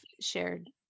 shared